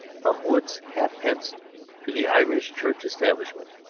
from wood's halfpence to the irish church establishment.